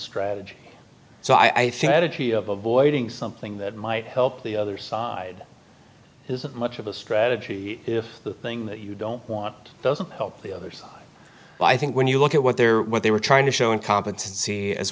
strategy so i think attitude of avoiding something that might help the other side isn't much of a strategy if the thing that you don't want doesn't help the other side but i think when you look at what their what they were trying to show incompetency as